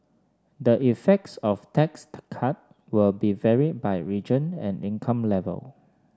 the effects of tax cut will be varied by region and income level